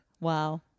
Wow